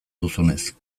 duzunez